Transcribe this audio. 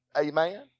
Amen